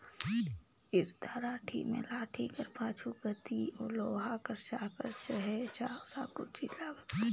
इरता लाठी मे लाठी कर पाछू कती लोहा कर चाकर चहे साकुर चीज लगल रहथे